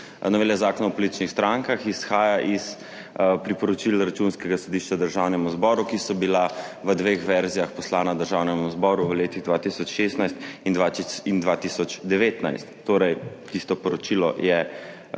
novele Zakona o političnih strankah izhaja iz priporočil Računskega sodišča Državnemu zboru, ki so bila v dveh verzijah poslana Državnemu zboru v letih 2016 in 2019. **2. TRAK: